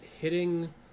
hitting